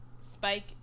Spike